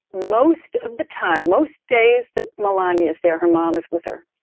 most of the time, most days that malani is there, her mom is with her